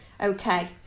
okay